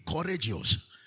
courageous